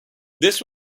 this